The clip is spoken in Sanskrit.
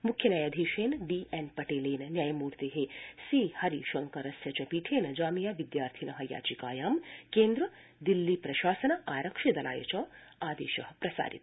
मुख्य न्यायाधीशेन डीएनपटेलेन न्यायमूर्ते सीहरिशंकरस्य च पीठेन जामिया विद्यार्थिन याचिकायां केन्द्र दिल्ली प्रशासन आरक्षि दलाय च आदेश प्रसारित